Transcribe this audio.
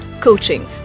Coaching